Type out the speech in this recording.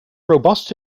robust